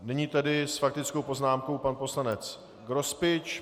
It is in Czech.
Nyní tedy s faktickou poznámkou pan poslanec Grospič.